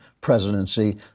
presidency